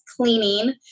cleaning